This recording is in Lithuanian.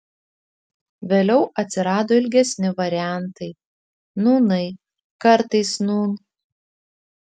vėliau atsirado ilgesni variantai nūnai kartais nūn